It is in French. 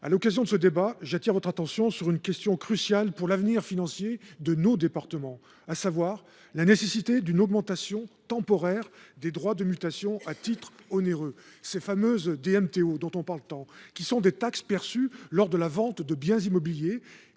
À l’occasion de ce débat, j’appelle votre attention sur une question cruciale pour l’avenir financier de nos départements, à savoir la nécessité d’une augmentation temporaire des droits de mutation à titre onéreux, ces fameux DMTO dont on parle tant. Les DMTO, qui sont des taxes perçues lors de la vente de biens immobiliers,